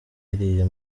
iriya